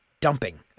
dumping